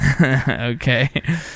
Okay